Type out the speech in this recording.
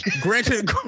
Granted